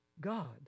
God